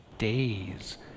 days